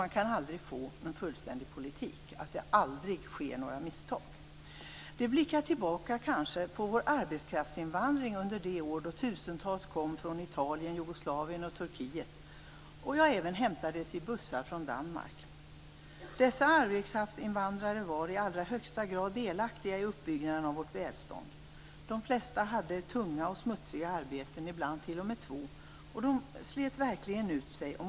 Man kan aldrig få en fullständig politik där det aldrig sker några misstag. Låt oss blicka tillbaka på vår arbetskraftsinvandring under de år då tusentals kom från Italien, Jugoslavien, Turkiet och även hämtades i bussar från Danmark. Dessa arbetskraftsinvandrare var i allra högsta grad delaktiga i uppbyggnaden av vårt välstånd. De flesta hade tunga och smutsiga arbeten, ibland t.o.m. två. Det slet verkligen ut sig.